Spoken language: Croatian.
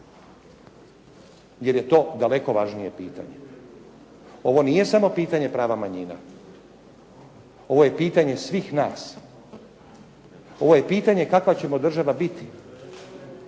jer je to daleko važnije pitanje. Ovo nije samo pitanje prava manjina. Ovo je pitanje svih nas. Ovo je pitanje kakva ćemo država biti.